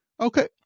Okay